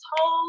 told